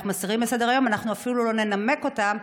אנחנו אפילו לא ננמק אותן,